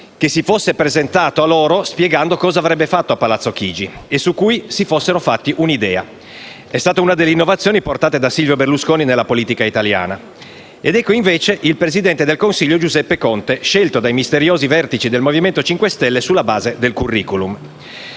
che si fosse presentato loro spiegando cosa avrebbe fatto a Palazzo Chigi e su cui si fossero fatti un'idea. È stata una delle innovazioni portate da Silvio Berlusconi nella politica italiana. Ecco, invece, il Presidente del Consiglio Giuseppe Conte, scelto dai misteriosi vertici del Movimento 5 Stelle sulla base del *curriculum*.